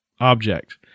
object